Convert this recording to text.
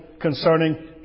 concerning